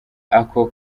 ako